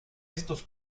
estos